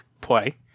play